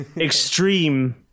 extreme